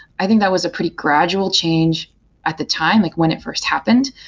i think that was a pretty gradual change at the time like when it first happened.